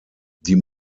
die